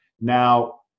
Now